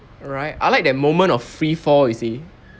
alright I like that moment of free fall you see